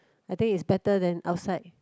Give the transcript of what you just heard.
I think is better than outside